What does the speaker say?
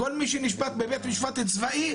כל מי שנשפט בבית משפט צבאי,